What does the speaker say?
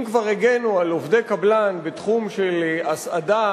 אם כבר הגנו על עובדי קבלן בתחומים של הסעדה,